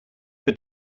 but